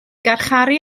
garcharu